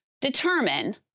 determine